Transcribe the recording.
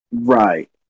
right